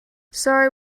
sorry